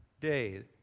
day